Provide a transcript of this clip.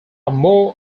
more